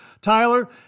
Tyler